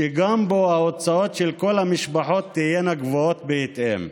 שגם בו ההוצאות של כל המשפחות תהיינה גבוהות בהתאם.